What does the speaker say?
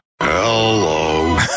Hello